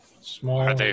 Small